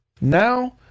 Now